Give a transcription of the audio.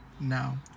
no